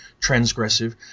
transgressive